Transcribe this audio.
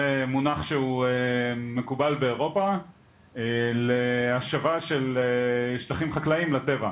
זה מונח שהוא מקובל באירופה להשבה של שטחים חקלאיים לטבע.